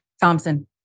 Thompson